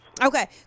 Okay